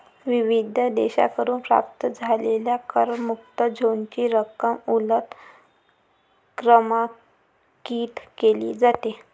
विविध देशांकडून प्राप्त झालेल्या करमुक्त झोनची रक्कम उलट क्रमांकित केली जाते